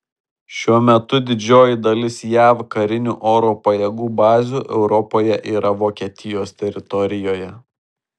šiuo metu didžioji dalis jav karinių oro pajėgų bazių europoje yra vokietijos teritorijoje